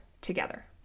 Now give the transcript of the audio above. together